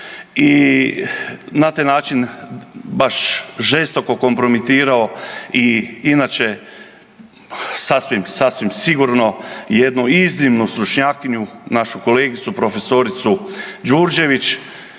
i na taj način baš žestoko kompromitirao i inače sasvim, sasvim sigurno jednu iznimnu stručnjakinju našu kolegicu profesoricu Đurđević,